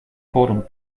fordern